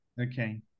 Okay